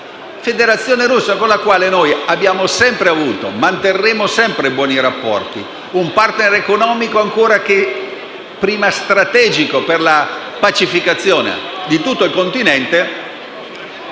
Federazione russa, con la quale abbiamo sempre avuto e manterremo sempre buoni rapporti; un *partner* economico strategico per la pacificazione di tutto il Continente.